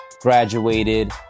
graduated